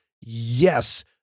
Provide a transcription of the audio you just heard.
Yes